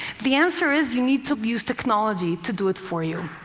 the answer is, you need to use technology to do it for you.